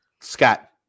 Scott